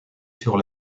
sur